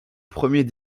premier